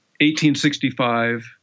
1865